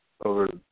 over